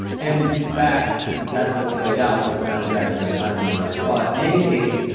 and in fact, that's what played out, but not exactly on the timeline that i thought. in any case,